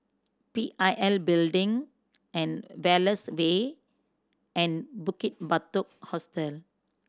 P I L Building and Wallace Way and Bukit Batok Hostel